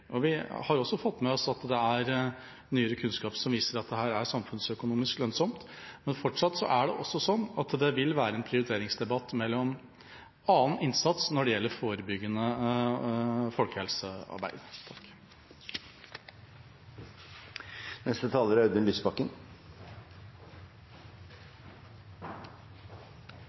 Vi har også fått med oss at nyere kunnskap viser at dette er samfunnsøkonomisk lønnsomt. Men fortsatt er det sånn at det vil være en prioriteringsdebatt om også annen innsats når det gjelder forebyggende folkehelsearbeid. Antallet norske kvinner som får livmorhalskreft, og ikke minst utviklingen i antall unge kvinner som får det, er